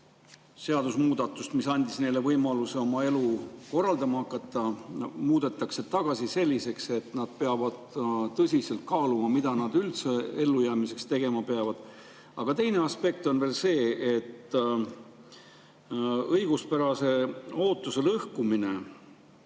peale seadusemuudatust, mis andis neile võimaluse oma elu korraldama hakata, muudetakse tagasi selliseks, et nad peavad tõsiselt kaaluma, mida nad üldse ellujäämiseks tegema peavad. Aga teine aspekt on veel see, et õiguspärase ootuse lõhkumine